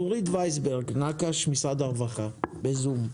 נורית ויסברג נקאש ממשרד הרווחה, בזום,